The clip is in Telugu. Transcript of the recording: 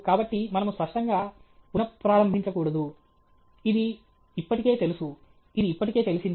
కాబట్టి మనము స్పష్టంగా పున ప్రారంభించకూడదు ఇది ఇప్పటికే తెలుసు ఇది ఇప్పటికే తెలిసింది